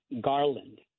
Garland